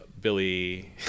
Billy